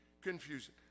confusion